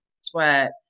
sweat